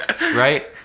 right